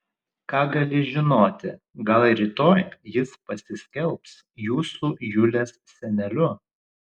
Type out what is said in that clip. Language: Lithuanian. ką gali žinoti gal rytoj jis pasiskelbs jūsų julės seneliu